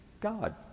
God